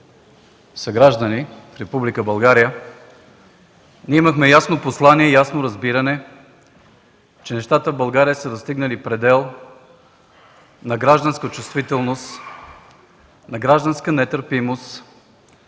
съграждани в Република България, имахме ясно послание и разбиране, че нещата в България са достигнали предел на гражданска чувствителност, на гражданска нетърпимост,